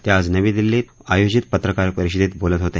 ते आज नवी दिल्लीत आयोजित पत्रकार परिषदेत बोलत होते